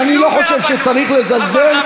חבר הכנסת שמולי, האמינו לי, אפשר לזלזל בכל דבר.